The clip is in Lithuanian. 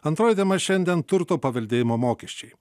antroji tema šiandien turto paveldėjimo mokesčiai